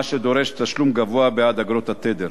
מה שדורש תשלום גבוה בעד אגרות התדר.